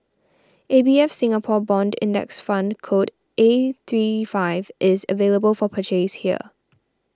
A B F Singapore Bond Index Fund code A three five is available for purchase here